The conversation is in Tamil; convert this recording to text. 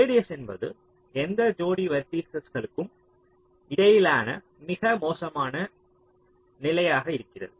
ரேடியஸ் என்பது எந்த ஜோடி வெர்ட்டிஸஸ்களுக்கும் இடையிலான மிக மோசமான நிலையாக இருக்கிறது